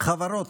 חברות